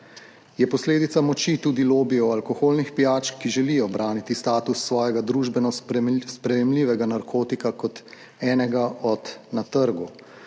Je posledica moči tudi lobijev alkoholnih pijač, ki želijo braniti status svojega družbeno sprejemljivega narkotika kot enega od na trgu,